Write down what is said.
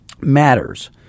matters